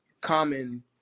common